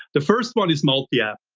the first one is multi-app.